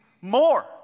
more